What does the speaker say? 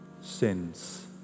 sins